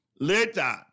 later